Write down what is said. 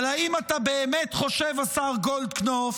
אבל האם אתה באמת חושב, השר גולדקנופ,